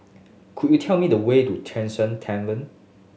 could you tell me the way to Tavern